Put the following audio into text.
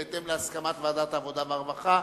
בהתאם להסכמת ועדת העבודה והרווחה,